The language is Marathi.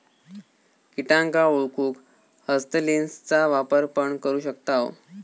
किटांका ओळखूक हस्तलेंसचा वापर पण करू शकताव